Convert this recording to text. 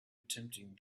attempting